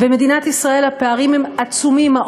במדינת ישראל הפערים הם עצומים,